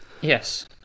Yes